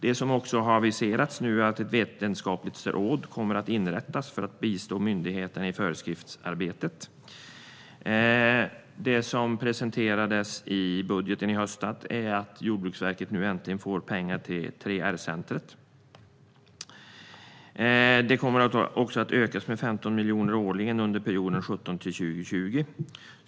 Det har också aviserats att ett vetenskapligt råd kommer att inrättas för att bistå myndigheterna i föreskriftsarbetet. I budgeten i höstas presenterades att Jordbruksverket äntligen ska få pengar till 3R-centret. Det kommer också att ökas med 15 miljoner årligen under perioden 2017-2020.